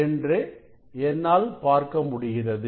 என்று என்னால் பார்க்க முடிகிறது